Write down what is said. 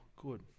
Good